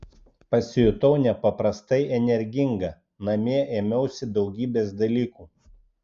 pasijutau nepaprastai energinga namie ėmiausi daugybės dalykų